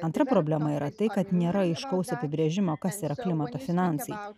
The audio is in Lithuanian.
antra problema yra tai kad nėra aiškaus apibrėžimo kas yra klimato finansai